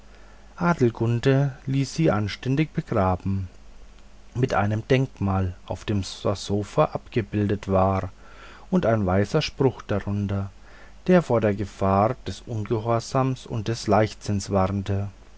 adelgunde ließ sie anständig begraben mit einem denkmal auf dem das sofa abgebildet war und ein weiser spruch darunter der vor den gefahren des ungehorsams und des leichtsinns warnte